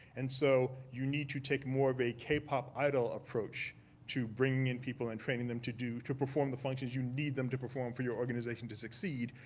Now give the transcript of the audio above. and so you need to take more of a k-pop idol approach to bringing in people and training them to do, to perform the functions you need them to perform for your organization to succeed,